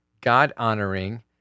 God-honoring